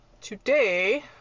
today